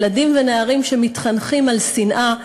ילדים ונערים שמתחנכים על שנאה,